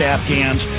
Afghans